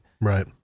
Right